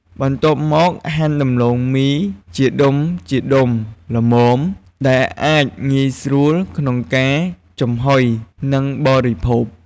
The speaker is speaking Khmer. បន្ទាប់មក ហាន់ដំឡូងមីជាដុំៗល្មម ដែលអាចងាយស្រួលក្នុងការចំហុយ និងបរិភោគ។